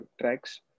tracks